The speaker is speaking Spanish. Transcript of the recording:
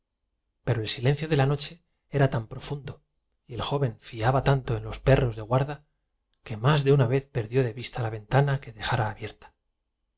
pero el silencio de la noche era tan profundo y el joven fiaba tanto en los perros de guarda que más de una vez perdió de vista la quiere usted agua señor taillefer preguntó el dueño de la ventana que dejara abierta